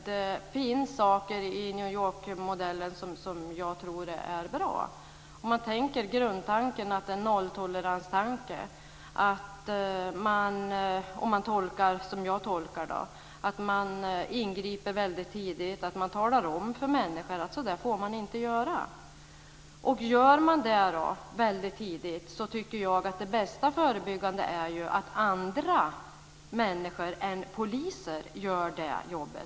Det finns saker i New York-modellen som jag tror är bra, Maud Ekendahl. Grundtanken är nolltolerans. Som jag tolkar det ingriper man väldigt tidigt och talar om för människor: Så där får man inte göra. Gör man det väldigt tidigt är det bästa förebyggande arbetet att andra människor än poliser gör det jobbet.